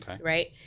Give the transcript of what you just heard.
Right